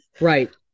right